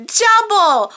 double